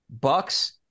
bucks